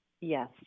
Yes